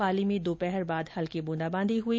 पाली में दोपहर बाद हल्की बूंदाबांदी हुई